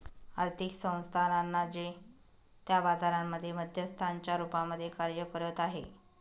आर्थिक संस्थानांना जे त्या बाजारांमध्ये मध्यस्थांच्या रूपामध्ये कार्य करत आहे